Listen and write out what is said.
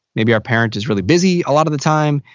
maybe our parent is really busy a lot of the time.